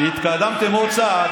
דודי, באמת, אתה יודע, התקדמתם עוד צעד.